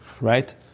right